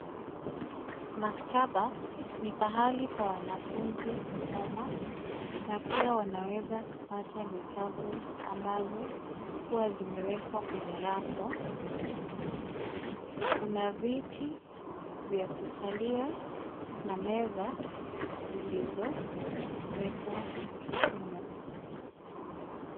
Maktaba ni pahali pa wanafunzi kusoma na pia wanaweza kupata vitabu ambazo huwa zimewekwa kwenye rafu. Kuna viti vya kukalia na meza zilizowekwa humo.